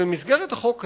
במסגרת החוק הזה,